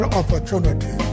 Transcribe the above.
opportunity